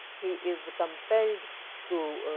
he is compelled to